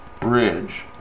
bridge